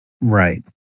Right